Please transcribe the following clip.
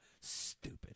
Stupid